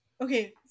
okay